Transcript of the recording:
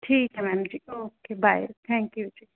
ਠੀਕ ਹੈ ma'am ji okay bye thank you ਜੀ